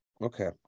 Okay